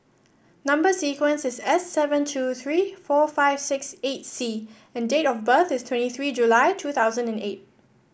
number sequence is S seven two three four five six eight C and date of birth is twenty three July two thousand and eight